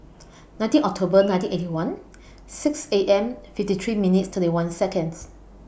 nineteen October nineteen Eighty One six A M fifty three minutes thirty one Seconds